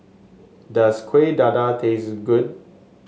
does Kueh Dadar taste good